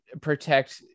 protect